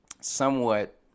somewhat